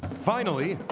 finally,